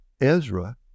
Ezra